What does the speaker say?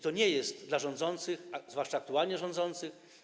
To nie jest dla rządzących, zwłaszcza aktualnie rządzących.